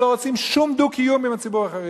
שלא רוצים שום דו-קיום עם הציבור החרדי.